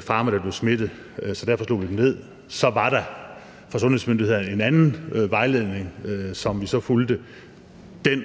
farme, der blev smittet. Derfor slog vi dem ned. Så var der fra sundhedsmyndighedernes side en anden vejledning, som vi så fulgte. Den